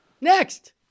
Next